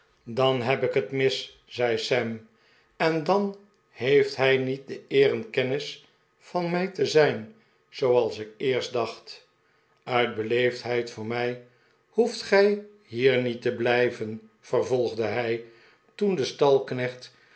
dan heb ik het mis zei sam en dan heeft hij niet de eer een kennis van mij te zijn zooals ik eerst dacht uit beleefdheid voor mij hoeft gij hier niet te blijven vervolgde hij toen de